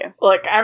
Look